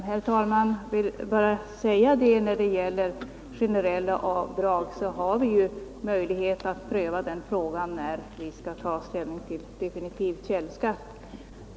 Herr talman! Jag vill bara säga att när det gäller generella avdrag så har vi ju möjlighet att pröva den frågan när vi skall ta ställning till definitiv källskatt.